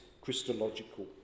Christological